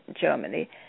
Germany